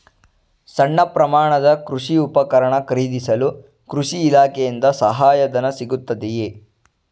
ಸಣ್ಣ ಪ್ರಮಾಣದ ಕೃಷಿ ಉಪಕರಣ ಖರೀದಿಸಲು ಕೃಷಿ ಇಲಾಖೆಯಿಂದ ಸಹಾಯಧನ ಸಿಗುತ್ತದೆಯೇ?